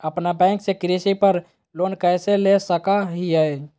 अपना बैंक से कृषि पर लोन कैसे ले सकअ हियई?